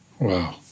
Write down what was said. Wow